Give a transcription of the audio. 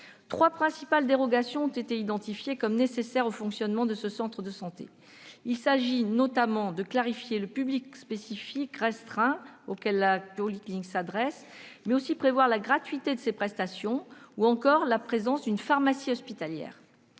Trois principales dérogations ont été identifiées comme nécessaires au fonctionnement de ce centre de santé, afin de clarifier le public spécifique restreint auquel la polyclinique s'adresse et de prévoir la gratuité des prestations réalisées ainsi que la présence d'une pharmacie hospitalière.